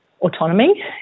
autonomy